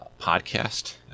podcast